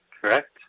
Correct